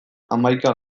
hamaika